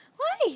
why